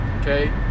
okay